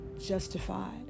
justified